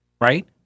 Right